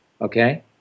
Okay